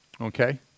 Okay